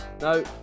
no